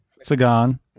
Sagan